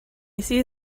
see